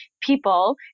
people